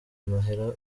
amahera